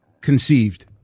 conceived